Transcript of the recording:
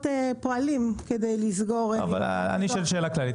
פועלים כדי לסגור --- אני שואל שאלה כללית.